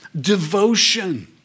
devotion